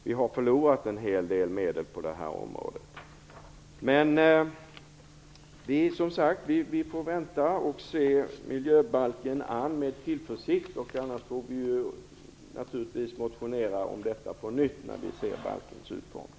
Vi har förlorat en hel del medel på detta område. Men vi får som sagt vänta och se miljöbalken an med tillförsikt. Vi har ju naturligtvis möjlighet att på nytt väcka motioner när vi ser utgången av miljöbalksarbetet.